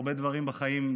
הרבה דברים בחיים,